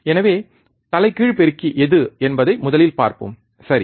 எனவே தலைகீழ் பெருக்கி எது என்பதை முதலில் பார்ப்போம் சரி